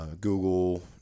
Google